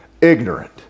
ignorant